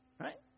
right